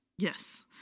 Yes